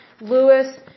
Lewis